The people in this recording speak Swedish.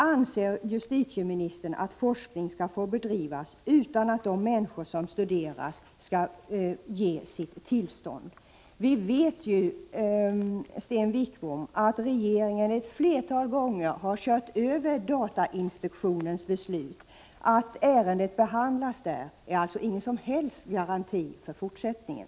Anser justitieministern att forskning skall få bedrivas utan att de människor som studeras har gett sitt tillstånd? Vi vet ju, Sten Wickbom, att regeringen ett flertal gånger har kört över datainspektionens beslut. Att ärendet behandlas där är alltså ingen som helst garanti för fortsättningen.